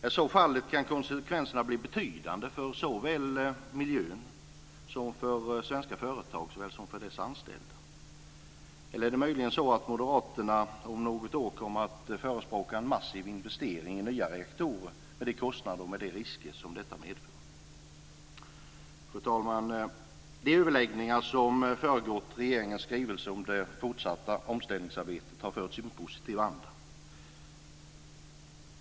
Om så är fallet kan konsekvenserna bli betydande för såväl miljön som för svenska företag och dess anställda. Eller är det möjligen så att moderaterna om något år kommer att förespråka en massiv investering i nya reaktorer, med de kostnader och de risker som det medför? Fru talman! De överläggningar som föregått regeringens skrivelse om det fortsatta omställningsarbetet har förts i positiv anda.